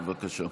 בבקשה.